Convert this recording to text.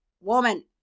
woman